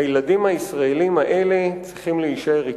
הילדים הישראלים האלה צריכים להישאר אתנו,